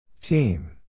Team